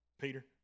Peter